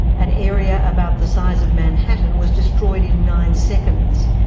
an area about the size of manhattan was destroyed in nine seconds.